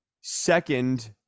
second